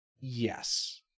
Yes